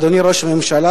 אדוני ראש הממשלה,